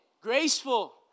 graceful